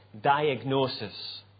diagnosis